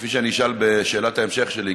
כפי שאני אשאל בשאלת ההמשך שלי,